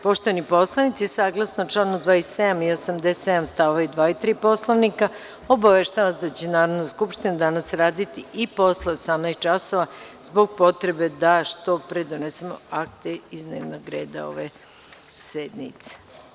Poštovani poslanici, saglasno članu 27. i 87. st. 2. i 3. Poslovnika, obaveštavam vas da će Narodna skupština danas raditi i posle 18,00 časova, zbog potrebe da što pre donesemo akte iz dnevnog reda ove sednice.